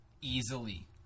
Easily